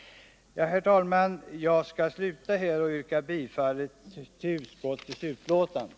Herr talman! Jag skall sluta med detta. Jag yrkar bifall till utskottets hemställan.